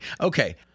Okay